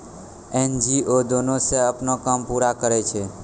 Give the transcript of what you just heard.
NGO दानो से अपनो काम पूरा करै छै